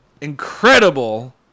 incredible